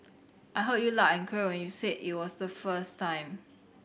I heard you loud and clear when you said it the first time